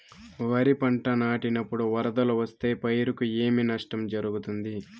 వరిపంట నాటినపుడు వరదలు వస్తే పైరుకు ఏమి నష్టం జరుగుతుంది?